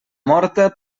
morta